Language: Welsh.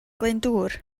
glyndŵr